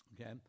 Okay